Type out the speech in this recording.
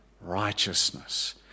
righteousness